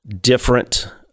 different